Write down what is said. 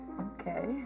Okay